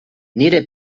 nire